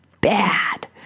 bad